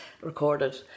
recorded